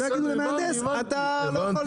שלא יגידו למהנדס, אתה לא יכול לדחות.